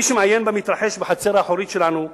מי שמעיין במתרחש בחצר האחורית שלנו,